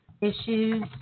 issues